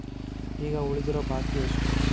ಈಗ ಉಳಿದಿರೋ ಬಾಕಿ ಎಷ್ಟು?